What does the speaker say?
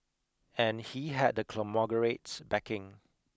and he had the conglomerate's backing